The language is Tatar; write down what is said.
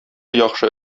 яхшы